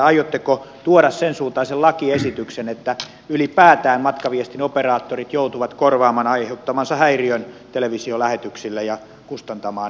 aiotteko tuoda sen suuntaisen lakiesityksen että ylipäätään matkaviestinoperaattorit joutuvat korvaamaan televisiolähetyksiin aiheuttamansa häiriön ja kustantamaan ne korjaukset